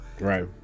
Right